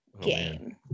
game